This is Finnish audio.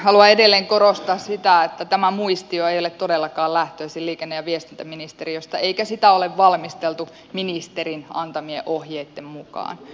haluan edelleen korostaa sitä että tämä muistio ei ole todellakaan lähtöisin liikenne ja viestintäministeriöstä eikä sitä ole valmisteltu ministerin antamien ohjeitten mukaan